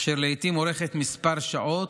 אשר לעיתים אורכת כמה שעות,